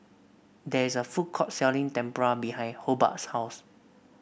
there is a food court selling Tempura behind Hobart's house